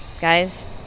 guys